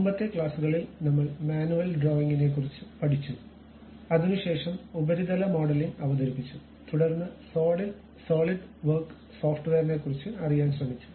മുമ്പത്തെ ക്ലാസുകളിൽ നമ്മൾ മാനുവൽ ഡ്രോയിംഗിനെക്കുറിച്ച് പഠിച്ചു അതിനുശേഷം ഉപരിതല മോഡലിംഗ് അവതരിപ്പിച്ചു തുടർന്ന് സോളിഡ് വർക്ക് സോഫ്റ്റ്വെയറിനെക്കുറിച്ച് അറിയാൻ ശ്രമിച്ചു